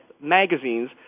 magazines